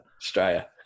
Australia